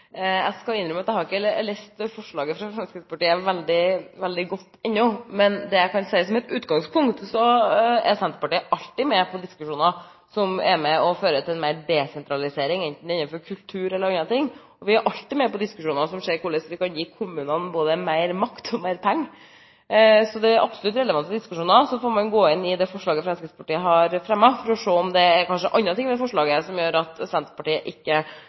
Jeg skal innrømme at jeg har ikke lest forslaget fra Fremskrittspartiet veldig godt ennå, men det jeg kan si som et utgangspunkt, er at Senterpartiet alltid er med på diskusjoner som er med og fører til mer desentralisering, enten det er innenfor kultur eller andre ting. Vi er alltid med på diskusjoner for å se på hvordan vi kan gi kommunene både mer makt og mer penger. Det er absolutt relevante diskusjoner. Så får man gå inn i det forslaget Fremskrittspartiet har fremmet, for å se om det kanskje er andre ting ved forslaget som gjør at Senterpartiet ikke